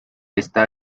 está